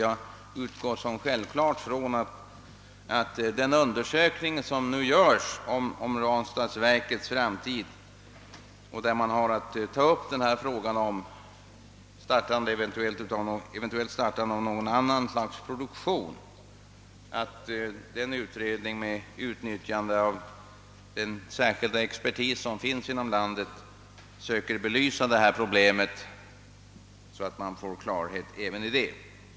Jag utgår från såsom någonting självklart att den undersökning, som nu görs om Ranstadsverkets framtid och ett eventuellt startande av någon annan produktion, kommer att med utnyttjande av den expertis som finns inom landet försöka belysa problemet, så att vi får klarhet även i det.